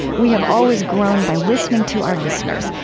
we have always grown by listening to our listeners,